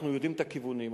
אנחנו יודעים את הכיוונים,